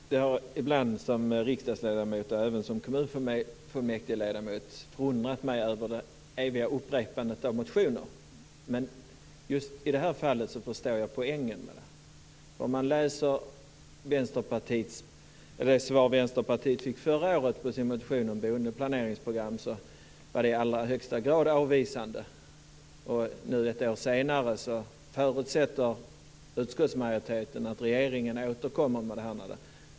Fru talman! Jag har ibland som riksdagsledamot och även som kommunfullmäktigeledamot förundrat mig över det eviga upprepandet av motioner. I det här fallet förstår jag poängen med det. Det svar som Vänsterpartiet förra året fick på sin motion om boendeplaneringsprogram var i allra högsta grad avvisande. Nu ett år senare förutsätter utskottsmajoriteten att regeringen återkommer.